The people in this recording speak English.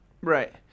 Right